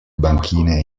banchine